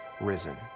risen